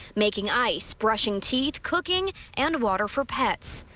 making ice, brushing teeth, cooking and water for pets.